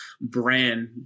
brand